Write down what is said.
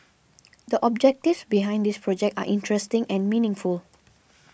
the objectives behind this project are interesting and meaningful